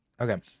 Okay